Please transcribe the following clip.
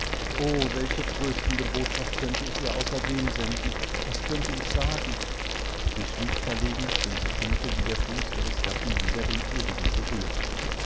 o welche tröstende botschaft könnteichihraußerdemsendenwaskönnteichsagen sie schwieg verlegen denn sie fühlte wie der fuß ihres gatten wieder den ihrigen berührte